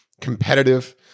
competitive